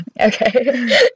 Okay